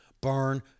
burn